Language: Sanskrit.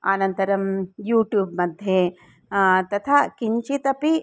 अनन्तरं यूट्यूब् मध्ये तथा किञ्चित् अपि